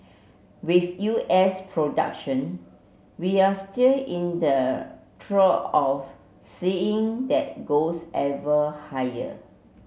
with U S production we're still in the throe of seeing that goes ever higher